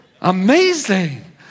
Amazing